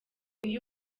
iyo